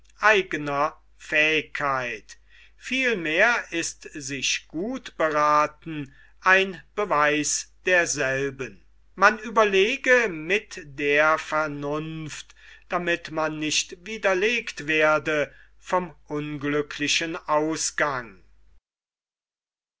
eigner fähigkeit vielmehr ist sich gut berathen ein beweis derselben man überlege mit der vernunft damit man nicht widerlegt werde vom unglücklichen ausgang